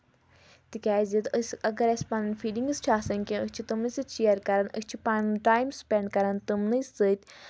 تِکیٛازِ أسۍ اگر اَسہِ پَنٕنۍ فیٖلِنٛگٕز چھِ آسان کینٛہہ أسۍ چھِ تِمنٕے سۭتۍ شِیر کَران أسۍ چھِ پَنُن ٹایم سپؠنٛڈ کَران تِمنٕے سۭتۍ